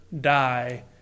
die